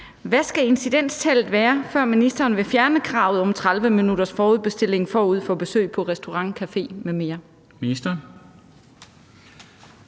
Hvad skal incidenstallet være, før ministeren vil fjerne kravet om 30 minutters forudbestilling forud for besøg på restaurant, café m.m.?